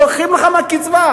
לוקחים לך מהקצבה.